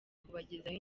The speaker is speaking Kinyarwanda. kubagezaho